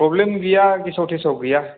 problem गैया गेसाव थेसाव गैया